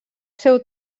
seu